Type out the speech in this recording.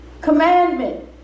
Commandment